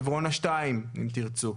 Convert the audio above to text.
עברונה 2 אם תרצו.